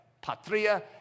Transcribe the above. patria